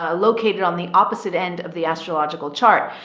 ah located on the opposite end of the astrological chart.